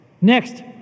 Next